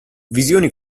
visioni